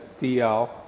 DL